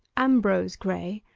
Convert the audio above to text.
ambrose graye,